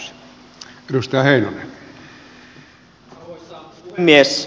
arvoisa puhemies